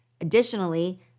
Additionally